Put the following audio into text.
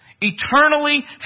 Eternally